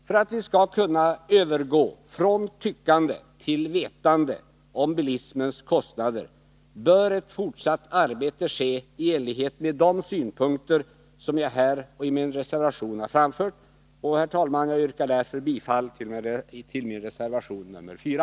För att vi skall kunna övergå från tyckande till vetande om bilismens kostnader bör ett fortsatt arbete ske i enlighet med de synpunkter som jag här och i min reservation har framfört. Jag yrkar därför bifall till reservation nr 4.